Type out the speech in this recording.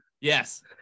Yes